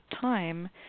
time